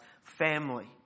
family